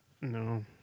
No